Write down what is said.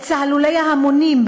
את צהלולי ההמונים,